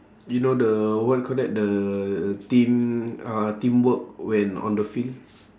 do you know the what do you call that the team uh teamwork when on the field